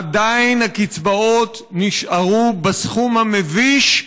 עדיין הקצבאות נשארו בסכום המביש,